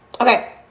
Okay